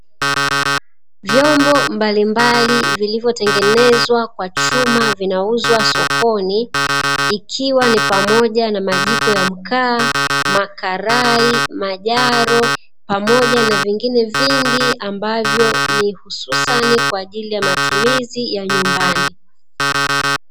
Vyombo mbalimbali, vilivyotengenezwa kwa chuma vinauzwa sokoni, ikiwa ni pampoja na majiko ya mkaa, makarai, majaro pamoja na vingine vingi ambavyo ni hususani kwa ajili ya matumizi ya nyumbani.